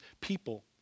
people